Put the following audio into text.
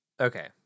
Okay